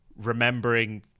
remembering